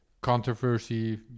controversy